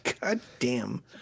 goddamn